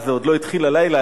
אז עוד לא התחיל הלילה.